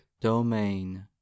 domain